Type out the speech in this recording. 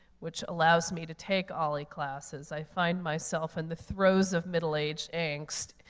which allows me to take olli classes, i find myself in the throes of middle age angst,